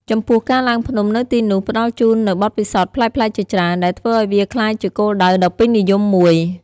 ចំពោះការឡើងភ្នំនៅទីនោះផ្តល់ជូននូវបទពិសោធន៍ប្លែកៗជាច្រើន ដែលធ្វើឱ្យវាក្លាយជាគោលដៅដ៏ពេញនិយមមួយ។